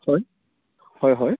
হয় হয় হয়